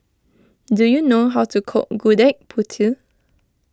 do you know how to cook Gudeg Putih